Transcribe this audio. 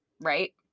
Right